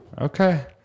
Okay